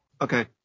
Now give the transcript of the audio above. Okay